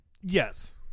Yes